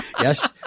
Yes